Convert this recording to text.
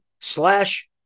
slash